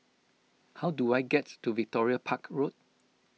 how do I get to Victoria Park Road